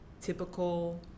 typical